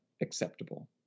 acceptable